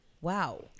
wow